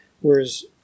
Whereas